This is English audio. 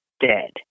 dead